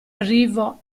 arrivo